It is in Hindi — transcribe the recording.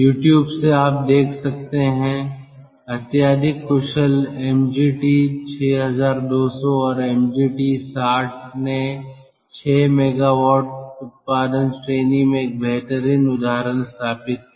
यूट्यूब से आप देख सकते हैं अत्यधिक कुशल mg t 6200 और mg t 60 ने 6 MW उत्पादन श्रेणी में एक बेहतरीन उदाहरण स्थापित किया है